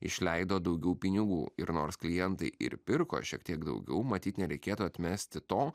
išleido daugiau pinigų ir nors klientai ir pirko šiek tiek daugiau matyt nereikėtų atmesti to